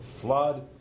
flood